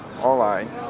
online